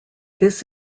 this